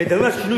גם ראש